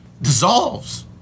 dissolves